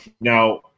Now